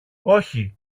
όχι